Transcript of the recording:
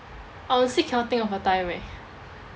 I honestly cannot think of a time eh